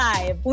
Live